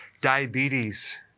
diabetes